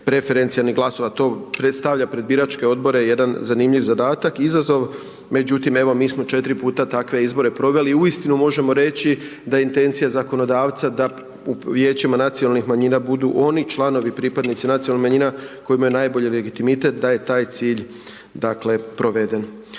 preferencijalnih glasova. To predstavlja pred biračke odbore jedan zanimljiv zadatak, izazov. Međutim, evo mi smo 4 puta takve izbore proveli i uistinu možemo reći da je intencija zakonodavca da u vijećima nacionalnih manjina budu oni članovi, pripadnici nacionalnih manjina koji imaju najbolji legitimitet da je taj cilj dakle proveden.